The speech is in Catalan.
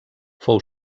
fou